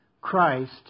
Christ